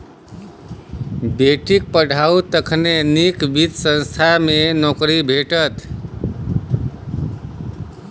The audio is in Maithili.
बेटीक पढ़ाउ तखने नीक वित्त संस्थान मे नौकरी भेटत